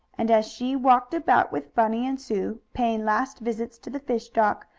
and as she walked about with bunny and sue, paying last visits to the fish dock,